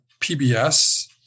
PBS